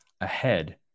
ahead